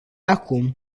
acum